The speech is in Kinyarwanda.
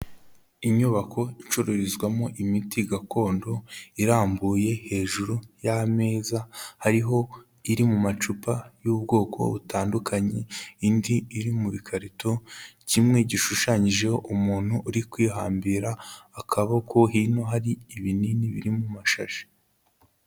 Inyubako icururizwamo imiti gakondo irambuye hejuru y'ameza, hariho iri mu macupa y'ubwoko butandukanye, indi iri mu bikarito, kimwe gishushanyijeho umuntu uri kwihambira akaboko hino hari ibinini biri mu mashashi.